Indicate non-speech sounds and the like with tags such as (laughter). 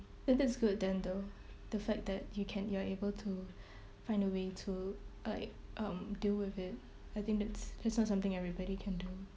then that's good then though the fact that you can you're able to (breath) find a way to like um deal with it I think that's that's not something everybody can do